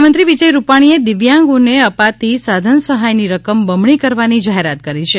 મુખ્યમંત્રી વિજય રૂપાણીએ દિવ્યાંગોને અપાતી સાધન સહાયની રકમ બમણી કરવાની જાહેરાત કરી છે